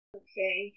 okay